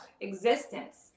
existence